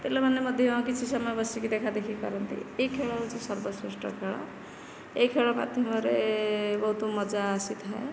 ପିଲାମାନେ ମଧ୍ୟ କିଛି ସମୟ ବସିକି ଦେଖା ଦେଖି କରନ୍ତି ଏହି ଖେଳ ହେଉଛି ସର୍ବଶେଷ୍ଠ ଖେଳ ଏହି ଖେଳ ମାଧ୍ୟମରେ ବହୁତ ମଜା ଆସିଥାଏ